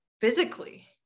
physically